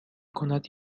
کند